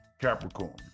capricorn